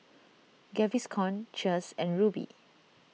Gaviscon Cheers and Rubi